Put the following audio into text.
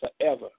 forever